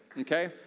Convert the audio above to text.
Okay